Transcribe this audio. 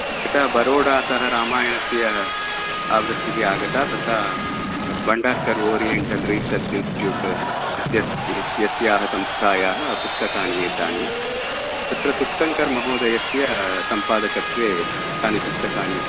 यथा बरोडातः रामायणस्य आवृत्तिः आगता तथा बण्डार्कर् ओरियण्टल् रिसर्च् इन्स्टिट्यूट् इत्यस्याः संस्थायाः पुस्तकानि एतानि तत्र सुप्तङ्कर् महोदयस्य सम्पादकत्वे तानि पुस्तकानि